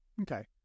Okay